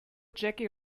jackie